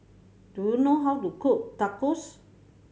do you know how to cook Tacos